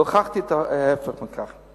והוכחתי את ההיפך מכך.